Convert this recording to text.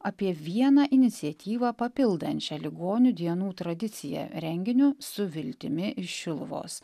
apie vieną iniciatyvą papildančią ligonių dienų tradiciją renginiu su viltimi ir šiluvos